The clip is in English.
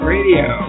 Radio